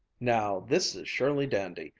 now, this is surely dandy!